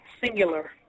singular